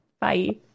Bye